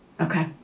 Okay